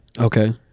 Okay